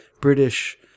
British